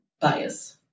bias